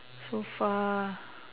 so far